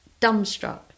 dumbstruck